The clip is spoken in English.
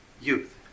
youth